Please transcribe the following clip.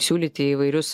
siūlyti įvairius